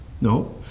No